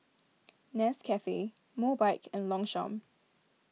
Nescafe Mobike and Longchamp